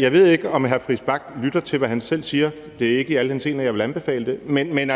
Jeg ved ikke, om hr. Christian Friis Bach lytter til, hvad han selv siger. Det er ikke i alle henseender, jeg vil anbefale det. Men